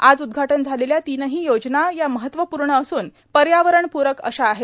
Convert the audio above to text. आज उद्घाटन झालेल्या तीनही योजना या महत्त्वपूर्ण असून पर्यावरणप्रक अशा आहेत